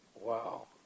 Wow